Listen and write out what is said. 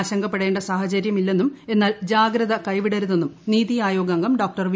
ആശങ്കപ്പെടേണ്ട സാഹചര്യമില്ലെന്നും എന്നാൽ ജാഗ്രത കൈവിടരുതെന്നും നിതി ആയോഗ് അംഗം ഡോക്ടർ വി